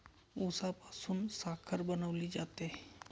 उसापासून साखर बनवली जाते